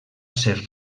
ser